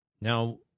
Now